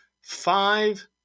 five